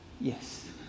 Yes